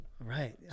right